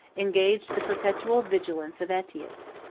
engaged the perpetual vigilance of aetius.